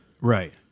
Right